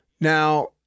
Now